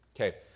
Okay